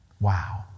Wow